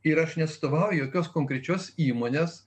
ir aš neatstovauju jokios konkrečios įmonės